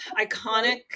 iconic